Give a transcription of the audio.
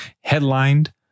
headlined